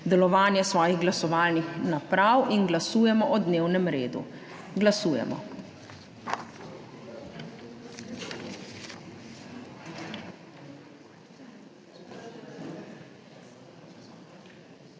delovanje svojih glasovalnih naprav. Glasujemo o dnevnem redu. Glasujemo.